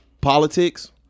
politics